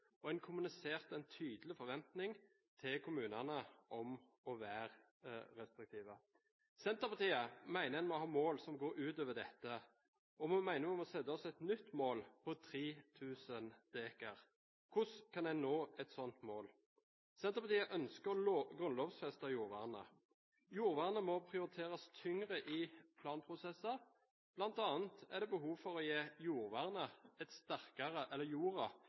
og en kommuniserte en tydelig forventning til kommunene om å være restriktive. Senterpartiet mener vi må ha mål som går utover dette, og vi mener vi må sette oss et nytt mål, på 3 000 dekar. Hvordan kan en nå et slikt mål? Senterpartiet ønsker å grunnlovfeste jordvernet. Jordvern må prioriteres tyngre i planprosesser. Blant annet er det behov for å gi jorda et sterkere